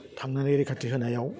थांनानै रैखाथि होनायाव